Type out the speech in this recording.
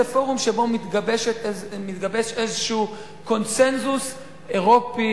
זה פורום שבו מתגבש איזשהו קונסנזוס אירופי